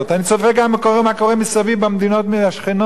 אני צופה גם מה קורה מסביב במדינות השכנות.